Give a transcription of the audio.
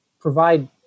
provide